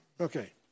Okay